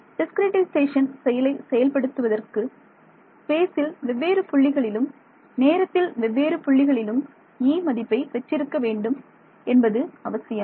discretization செயலை செயல்படுத்துவதற்கு என்பது ஸ்பேசில் வெவ்வேறு புள்ளிகளிலும் நேரத்தில் வெவ்வேறு புள்ளிகளிலும் E மதிப்பை பெற்றிருக்க வேண்டும் என்பது அவசியம்